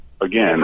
again